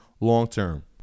long-term